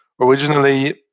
originally